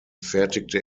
fertigte